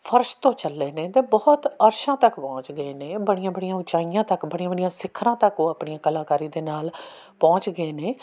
ਫਰਸ਼ ਤੋਂ ਚੱਲੇ ਨੇ ਅਤੇ ਬਹੁਤ ਅਰਸ਼ਾਂ ਤੱਕ ਪਹੁੰਚ ਗਏ ਨੇ ਬੜੀਆਂ ਬੜੀਆਂ ਉੱਚਾਈਆਂ ਤੱਕ ਬੜੀਆਂ ਬੜੀਆਂ ਸਿਖਰਾਂ ਤੱਕ ਉਹ ਆਪਣੀਆਂ ਕਲਾਕਾਰੀ ਦੇ ਨਾਲ ਪਹੁੰਚ ਗਏ ਨੇ